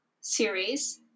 series